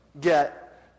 get